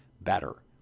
better